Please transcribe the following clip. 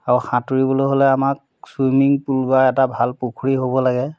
আৰু সাঁতুৰিবলৈ হ'লে আমাক চুইমিং পুল বা এটা ভাল পুখুৰী হ'ব লাগে